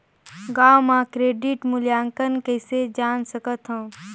गांव म क्रेडिट मूल्यांकन कइसे जान सकथव?